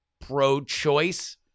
pro-choice